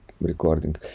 recording